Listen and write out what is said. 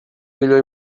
millor